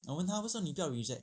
我问她为什么他不要 reject